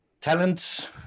talents